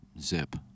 zip